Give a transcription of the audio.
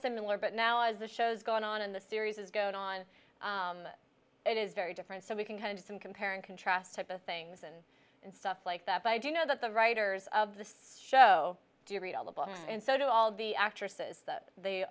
similar but now as the show's going on in the series is going on it is very different so we can kind of some compare and contrast type of things and and stuff like that i do know that the writers of the show do you read all the books and so do all the actresses th